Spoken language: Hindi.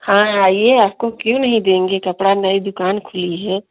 हाँ आइए आपको क्यों नहीं देंगे कपड़ा नई दुकान खुली है